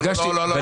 למה אתם ציניים?